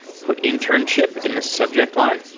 put internship in the subject line,